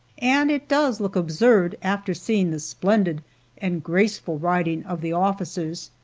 and it does look absurd after seeing the splendid and graceful riding of the officers.